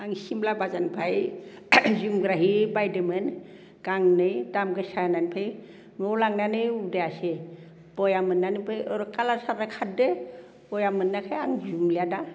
आं सिमला बाजारनिफ्राय जोमग्रा हि बायदोंमोन गांनै दाम गोसा होननानै ओमफ्राय न'आव लांनानै उदायासै बेया मोननानै बे कालार सालार खारदो बेया मोननायखाय आं जोमलिया दा